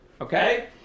Okay